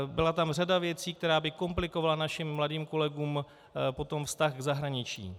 Byla tam řada věcí, která by komplikovala našim mladým kolegům potom vztah k zahraničí.